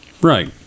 Right